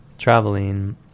traveling